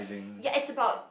ya it's about